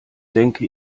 denke